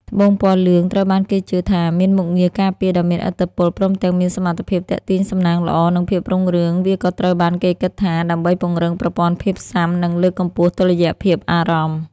ត្បូងពណ៌លឿងត្រូវបានគេជឿថាមានមុខងារការពារដ៏មានឥទ្ធិពល ព្រមទាំងមានសមត្ថភាពទាក់ទាញសំណាងល្អ និងភាពរុងរឿង។ វាក៏ត្រូវបានគេគិតថាដើម្បីពង្រឹងប្រព័ន្ធភាពស៊ាំ និងលើកកម្ពស់តុល្យភាពអារម្មណ៍។